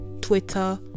Twitter